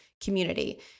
community